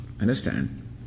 Understand